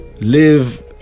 Live